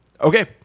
Okay